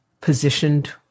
positioned